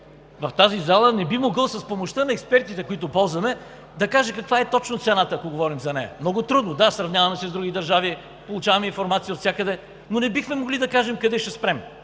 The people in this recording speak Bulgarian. в тази зала, не би могъл с помощта на експертите, които ползваме, да каже каква точно е цената, ако говорим за нея. Много трудно! Да, сравняваме се с други държави, получаваме информация отвсякъде, но не бихме могли да кажем къде ще спрем.